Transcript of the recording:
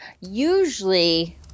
usually